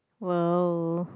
!wow!